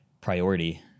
priority